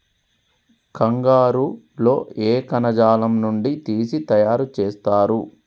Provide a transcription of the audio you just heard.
కంగారు లో ఏ కణజాలం నుండి తీసి తయారు చేస్తారు?